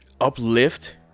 uplift